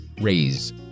raise